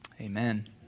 amen